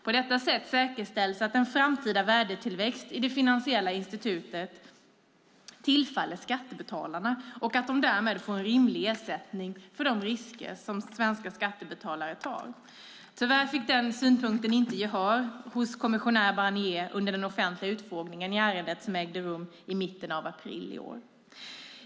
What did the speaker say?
På detta sätt säkerställs att en framtida värdetillväxt i det finansiella institutet tillfaller skattebetalarna och att de därmed får en rimlig ersättning för de risker som svenska skattebetalare tar. Tyvärr fick den synpunkten inte gehör hos kommissionär Barnier under den offentliga utfrågning i ärendet som ägde rum i mitten av april i år.